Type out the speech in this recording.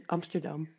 Amsterdam